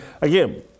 Again